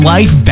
Life